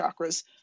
chakras